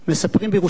מספרים בירושלים,